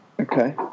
Okay